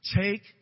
take